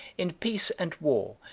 in peace and war,